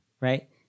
right